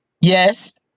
Yes